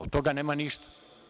Od toga nema ništa.